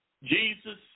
Jesus